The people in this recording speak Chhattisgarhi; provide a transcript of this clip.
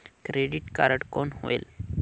क्रेडिट कारड कौन होएल?